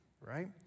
right